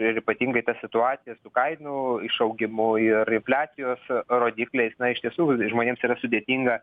ir ypatingai ta situacija su kainų išaugimu ir infliacijos rodikliais na iš tiesų žmonėms yra sudėtinga